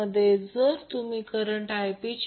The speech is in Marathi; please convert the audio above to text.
81 आहे म्हणून I p काँज्यूगेट 6